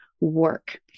Work